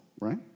right